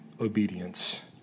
obedience